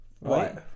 Right